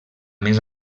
més